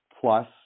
plus